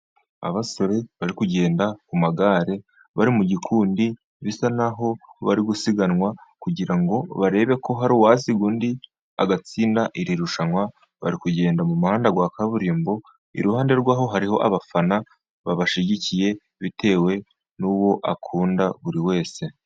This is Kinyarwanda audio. Abasore bari kugenda ku magare bari mu gikundi, bisa naho bari gusiganwa kugira ngo barebe ko hari uwasiga undi agatsinda iri rushanwa, bari kugenda mu muhanda wa kaburimbo, iruhande rwaho hariho abafana babashigikiye, bitewe n'uwo akunda buri wese.